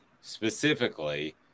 specifically